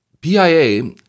PIA